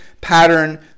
pattern